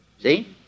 See